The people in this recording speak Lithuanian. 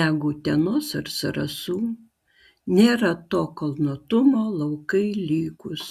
negu utenos ar zarasų nėra to kalnuotumo laukai lygūs